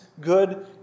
good